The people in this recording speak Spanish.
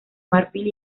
marfil